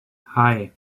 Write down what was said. hei